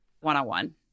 one-on-one